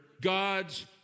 God's